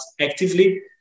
actively